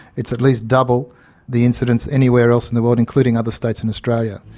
it's at least double the incidence anywhere else in the world, including other states in australia.